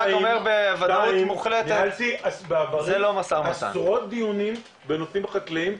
ניהלתי בעברי עשרות דיונים בנושאים חקלאיים,